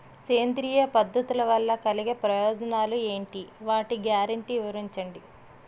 సేంద్రీయ పద్ధతుల వలన కలిగే ప్రయోజనాలు ఎంటి? వాటి గ్యారంటీ వివరించండి?